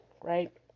right